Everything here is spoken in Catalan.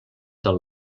del